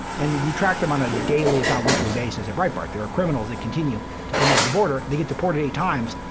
and we track them on a daily if not weekly basis at breitbart. there are criminals that continue to come over the border. they get deported eight times,